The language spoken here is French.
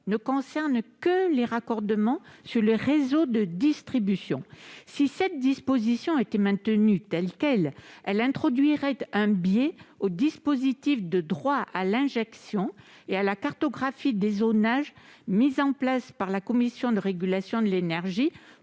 ne concerne que les raccordements sur les réseaux de distribution. Si cette disposition était maintenue telle quelle, elle introduirait un biais au dispositif de droit à l'injection et à la cartographie des zonages mis en place par la Commission de régulation de l'énergie,